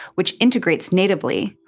which integrates natively,